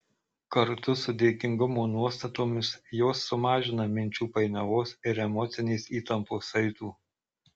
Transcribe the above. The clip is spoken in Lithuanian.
kartu su dėkingumo nuostatomis jos sumažina minčių painiavos ir emocinės įtampos saitų